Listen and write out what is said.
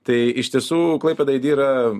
tai iš tiesų klaipėda aidi yra